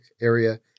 area